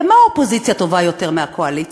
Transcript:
במה האופוזיציה טובה יותר מהקואליציה,